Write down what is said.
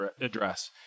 address